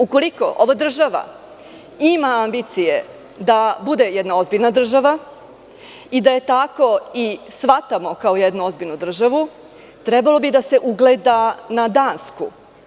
Ukoliko ova država ima ambicije da bude jedna ozbiljna država i da je tako i shvatamo kao jednu ozbiljnu državu, trebalo bi da se ugleda na Dansku.